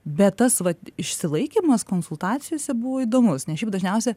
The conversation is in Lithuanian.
bet tas vat išsilaikymas konsultacijose buvo įdomus nes šiaip dažniausia